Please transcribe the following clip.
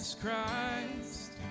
Christ